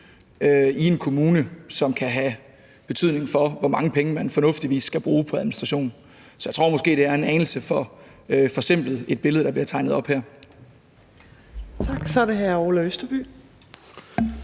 i en kommune, og som kan have betydning for, hvor mange penge man fornuftigvis skal bruge på administration. Så jeg tror måske, det er en anelse for forsimplet et billede, der bliver tegnet op her.